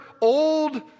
old